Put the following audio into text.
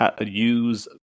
use